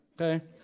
okay